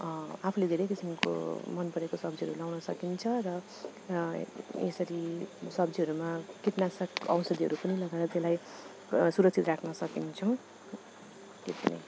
आफूले धेरै किसिमको मन परेको सब्जीहरू लगाउन सकिन्छ र यसरी सब्जीहरूमा कीटनाशक औषधीहरू पनि लगाएर त्यसलाई सुरक्षित राख्न सकिन्छ त्यति नै